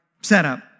setup